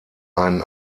einen